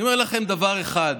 אני אומר לכם דבר אחד: